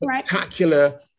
spectacular